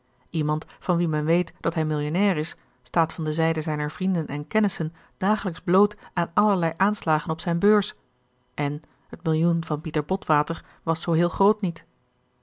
iemand van wien men weet dat hij millionair is staat van de zijde zijner vrienden en kennissen dagelijks bloot aan allerlei aanslagen op zijne beurs en t millioen van pieter botwater was zoo heel groot niet